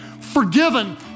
forgiven